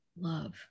love